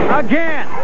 again